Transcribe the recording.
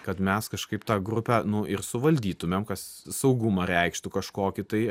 kad mes kažkaip tą grupę nu ir suvaldytumėm kas saugumą reikštų kažkokį tai